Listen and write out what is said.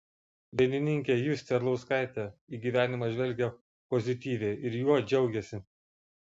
dainininkė justė arlauskaitė į gyvenimą žvelgia pozityviai ir juo džiaugiasi